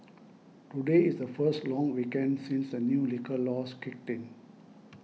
today is the first long weekend since the new liquor laws kicked in